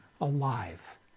alive